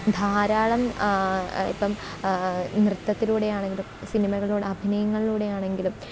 ധാരാളം ഇപ്പം നൃത്തത്തിലൂടെയാണെങ്കിലും സിനിമകളിലൂടെ അഭിനയങ്ങളിലൂടെ ആണെങ്കിലും